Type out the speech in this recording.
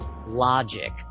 Logic